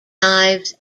knives